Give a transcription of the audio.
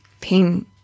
pain